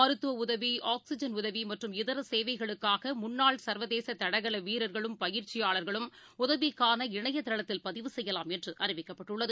மருத்துவஉதவி oxygen உதவிமற்றும் இதரதேவைகளுக்காகமுன்னாள் சர்வதேசதடகளவீரர்களும் பயிற்சியாளர்களும் உதவிக்கான இணையதளத்தில் பதிவு செய்யலாம் என்றுஅறிவிக்கப்பட்டுள்ளது